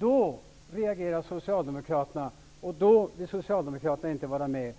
-- reagerade Socialdemokraterna och ville inte vara med.